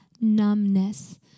numbness